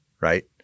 right